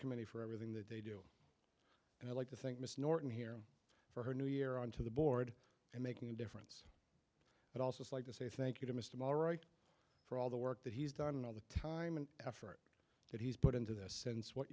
committee for everything that they do and i'd like to think miss norton here for her new year on to the board and making a difference but also like to say thank you to most of all right for all the work that he's done and all the time and effort that he's put into this since what